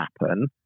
happen